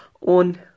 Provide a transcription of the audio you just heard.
on